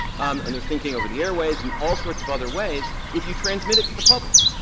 and they're thinking over the airways and all sorts of other ways, if you transmit it to the public.